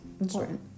important